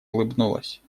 улыбнулась